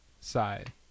side